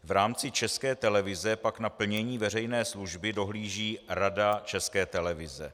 V rámci České televize pak na plnění veřejné služby dohlíží Rada České televize.